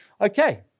okay